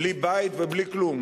בלי בית ובלי כלום,